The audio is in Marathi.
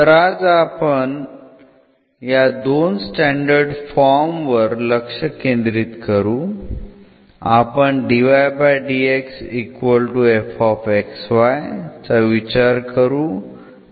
तर आज आपण या दोन स्टॅंडर्ड फॉर्म वर लक्ष केंद्रित करू आपण चा विचार करू